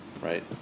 right